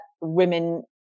women –